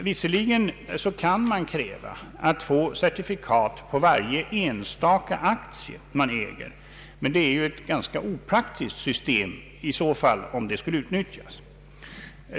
Visserligen kan man kräva att få certifikat på varje enstaka aktie man äger, men det är ett ganska opraktiskt system att utnyttja.